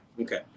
Okay